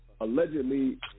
allegedly